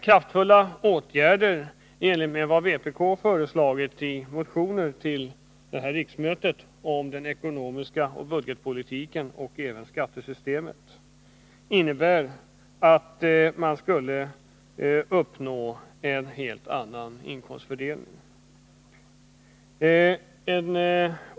Kraftfulla åtgärder i enlighet med vad vpk föreslagit i motioner till detta riksmöte om den ekonomiska politiken, budgetpolitiken och även skattesystemet innebär att man skulle uppnå en helt annan inkomstfördelning.